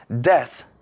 Death